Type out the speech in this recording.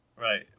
Right